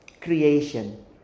creation